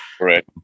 right